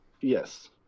yes